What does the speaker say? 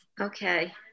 Okay